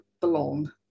belong